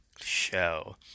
show